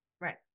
right